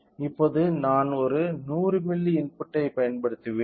இப்போது நான் ஒரு 100 மில்லி இன்புட்டைப் பயன்படுத்துவேன்